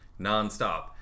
nonstop